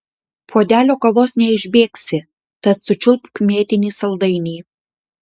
puodelio kavos neišbėgsi tad sučiulpk mėtinį saldainį